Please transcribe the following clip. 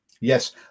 Yes